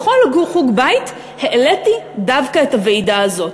בכל חוג בית העליתי דווקא את הוועידה הזאת.